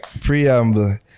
Preamble